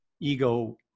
ego